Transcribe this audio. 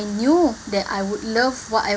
knew that I would love what I